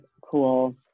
cool